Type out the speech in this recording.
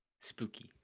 Spooky